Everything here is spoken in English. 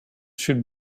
should